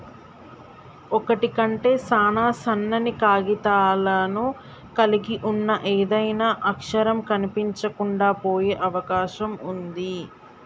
ఒకటి కంటే సాన సన్నని కాగితాలను కలిగి ఉన్న ఏదైనా అక్షరం కనిపించకుండా పోయే అవకాశం ఉంది